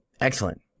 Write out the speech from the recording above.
excellent